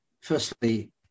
Firstly